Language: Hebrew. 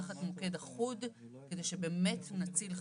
תחת מוקד אחוד, כדי שבאמת נציל חיים.